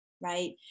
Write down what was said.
right